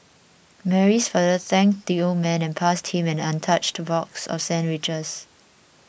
Mary's father thanked the old man and passed him an untouched box of sandwiches